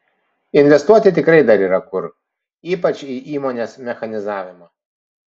investuoti tikrai dar yra kur ypač į įmonės mechanizavimą